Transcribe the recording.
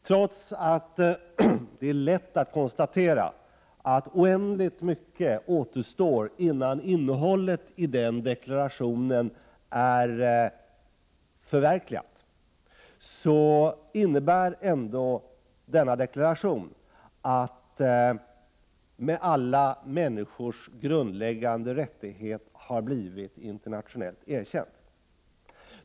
Trots att det är lätt att konstatera att oändligt mycket återstår innan innehållet i den deklarationen är förverkligat, innebär ändå denna deklaration att alla människors grundläggande rättighet har blivit internationellt erkänd.